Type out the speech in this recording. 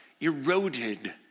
eroded